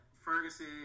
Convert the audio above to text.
Ferguson